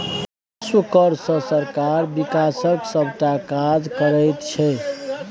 राजस्व कर सँ सरकार बिकासक सभटा काज करैत छै